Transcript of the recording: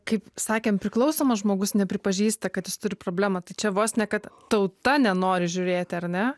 kaip sakėm priklausomas žmogus nepripažįsta kad jis turi problemą tai čia vos ne kad tauta nenori žiūrėti ar ne